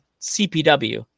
CPW